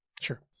Sure